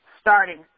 starting